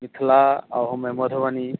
मिथिला आ ओहोमे मधुबनी